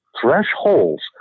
thresholds